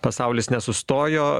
pasaulis nesustojo